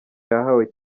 yahawe